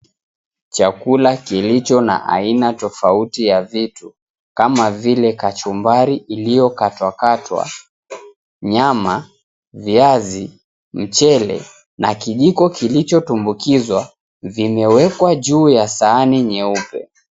Chakula kilicho na aina tofauti ya vitu kama vile kachumbari iliyo katwa katwa, nyama, viazi, mchele na kijiko kilicho tumbukizwa, vimewekwa juu ya sahani nyeupe.